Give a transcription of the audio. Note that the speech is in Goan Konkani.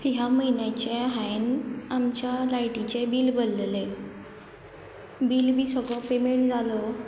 ह्या म्हयन्याचे हांवें आमच्या लायटीचें बील भरलेलें बील बी सगळो पेमेंट जालो